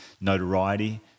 notoriety